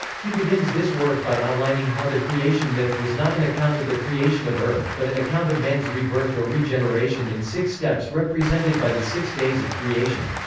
he begins this work by outlining how the creation myth was not an account of the creation of earth, but an account of man's rebirth or regeneration in six steps represented by the six days of creation.